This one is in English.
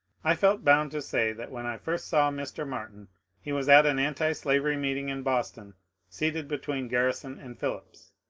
i felt bound to say that when i first saw mr. martin he was at an antislavery meeting in boston seated between garrison and phillips,